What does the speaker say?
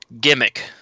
gimmick